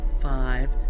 five